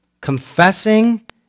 Confessing